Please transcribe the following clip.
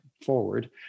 forward